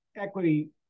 equity